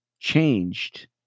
Changed